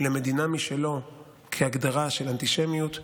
למדינה משלו בהגדרה של אנטישמיות.